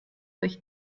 ich